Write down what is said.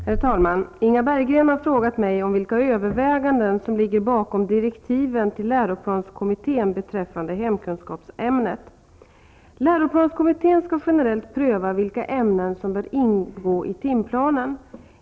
Herr talman! Inga Berggren har frågat mig vilka överväganden som ligger bakom direktiven till läroplanskommittén beträffande hemkunskapsämnet. Läroplanskommittén skall generellt pröva vilka ämnen som bör ingå i timplanen.